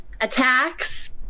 attacks